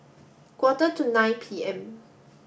quarter to nine P M